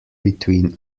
between